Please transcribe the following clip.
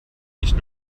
nicht